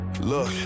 Look